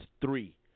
three